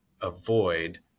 avoid